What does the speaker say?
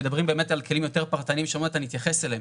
מדברים באמת על כלים יותר פרטניים שעוד מעט אני אתייחס אליהם.